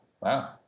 Wow